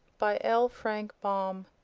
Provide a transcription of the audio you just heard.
by l. frank baum.